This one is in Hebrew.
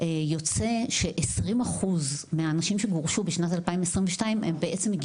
יוצא שעשרים אחוז מהאנשים שגורשו בשנת 2022 הם בעצם,